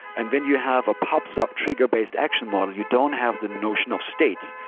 and when you have a pub sub triggered-based action model, you don't have the notion of state.